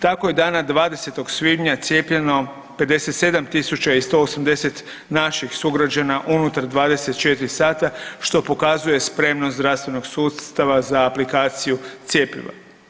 Tako je dana 20. svibnja cijepljeno 57 180 naših sugrađana unutar 14 sata, što pokazuje spremnost zdravstvenog sustava za aplikaciju cjepiva.